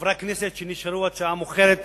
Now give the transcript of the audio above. לחברי הכנסת שנשארו עד שעה מאוחרת